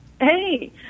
Hey